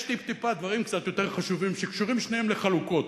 יש טיפ-טיפה דברים קצת יותר חשובים שקשורים שניהם לחלוקות,